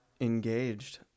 engaged